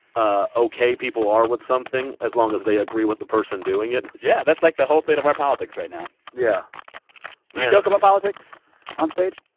ah ok people are with something as long as they agree with the person doing it yeah. that's like the whole state of our politics right now yeah do you joke about politics onstage?